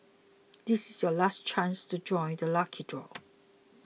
this is your last chance to join the lucky draw